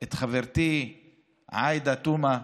את חברתי עאידה תומא סלימאן,